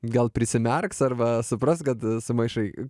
gal prisimerks arba supras kad sumaišai